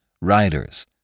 riders